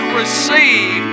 receive